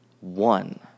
one